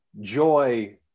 joy